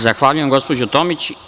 Zahvaljujem gospođo Tomić.